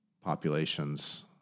populations